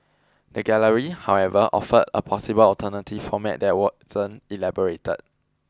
the gallery however offered a possible alternative format that wasn't elaborated